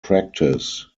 practice